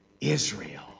Israel